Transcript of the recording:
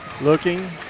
looking